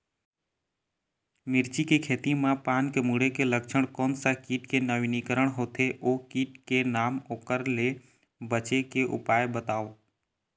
मिर्ची के खेती मा पान के मुड़े के लक्षण कोन सा कीट के नवीनीकरण होथे ओ कीट के नाम ओकर ले बचे के उपाय बताओ?